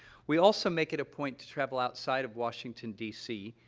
we also make it a point to travel outside of washington, d c,